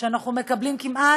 למה שאנחנו לא נקדים רפואה